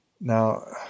Now